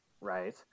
right